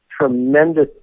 tremendous